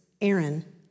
Aaron